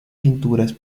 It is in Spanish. pinturas